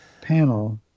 panel